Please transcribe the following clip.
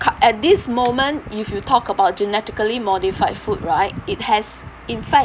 at this moment if you talk about genetically modified food right it has in fact